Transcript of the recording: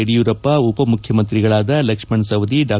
ಯಡಿಯೂರಪ್ಪ ಉಪಮುಖ್ಯಮಂತ್ರಿಗಳಾದ ಲಕ್ಷ್ಮಣ ಸವದಿ ಡಾ